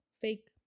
fake